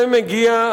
זה מגיע,